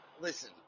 listen